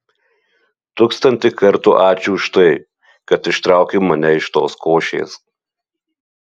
tūkstantį kartų ačiū už tai kad ištraukei mane iš tos košės